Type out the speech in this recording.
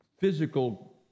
physical